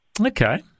Okay